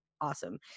awesome